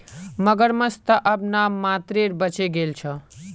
मगरमच्छ त अब नाम मात्रेर बचे गेल छ